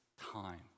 time